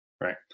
right